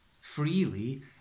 freely